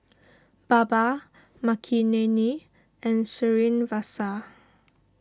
Baba Makineni and Srinivasa